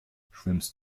schwimmst